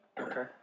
Okay